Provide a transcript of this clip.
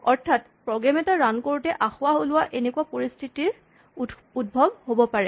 অৰ্থাৎ প্ৰগ্ৰেম এটা ৰান কৰোঁতে আসোঁৱাহ ওলোৱা এনেকুৱা পৰিস্হিতিৰ উদ্ভব হ'ব পাৰে